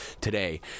today